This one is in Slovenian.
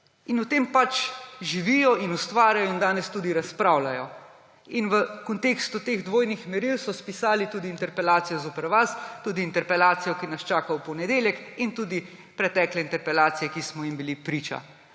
V tem pač živijo in ustvarjajo in danes tudi razpravljajo. V kontekstu teh dvojnih meril so spisali tudi interpelacijo zoper vas, tudi interpelacijo, ki nas čaka v ponedeljek, in tudi pretekle interpelacije, ki smo jim bili priča.